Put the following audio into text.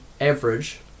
average